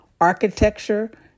architecture